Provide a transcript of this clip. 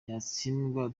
yatsindwa